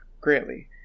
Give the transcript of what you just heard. greatly